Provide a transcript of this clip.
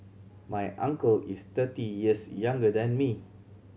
my uncle is thirty years younger than me